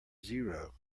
zero